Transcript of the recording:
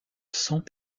sans